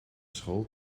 school